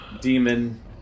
demon